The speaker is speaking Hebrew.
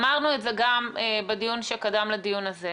אמרנו את זה גם בדיון שקדם לדיון הזה.